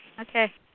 Okay